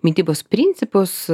mitybos principus